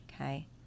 okay